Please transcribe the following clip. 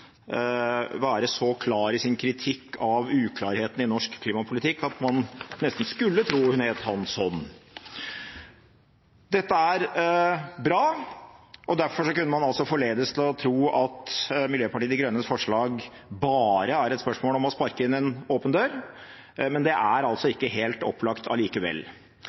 være så klar i sin kritikk av uklarheten i norsk klimapolitikk at man nesten skulle tro hun het Hansson. Dette er bra, og derfor kunne man altså forledes til å tro at Miljøpartiet De Grønnes forslag bare er et spørsmål om å sparke inn en åpen dør, men det er ikke helt opplagt allikevel.